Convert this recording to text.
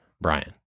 Brian